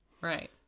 Right